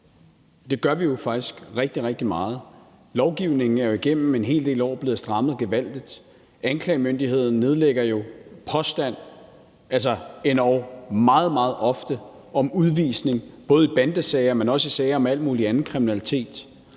Det gør vi faktisk rigtig, rigtig meget. Lovgivningen er jo igennem en hel del år blevet strammet gevaldigt. Anklagemyndigheden nedlægger jo altså påstand endog meget, meget ofte om udvisning, både i bandesager, men også i sager om al mulig anden kriminalitet.